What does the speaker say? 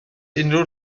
unrhyw